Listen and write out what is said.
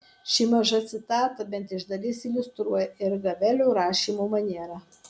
ši maža citata bent iš dalies iliustruoja ir gavelio rašymo manierą